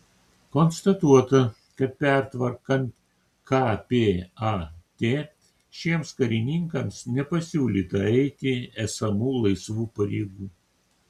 konstatuota kad pertvarkant kpat šiems karininkams nepasiūlyta eiti esamų laisvų pareigų